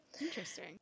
Interesting